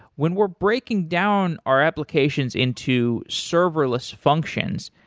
when we're breaking down our applications into serverless functions,